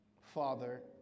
Father